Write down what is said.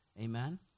Amen